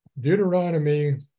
Deuteronomy